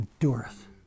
endureth